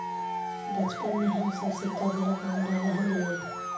बचपन में हम सब सिक्का गुल्लक में डालऽ हलीअइ